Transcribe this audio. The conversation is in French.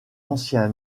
ancien